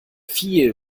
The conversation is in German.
viel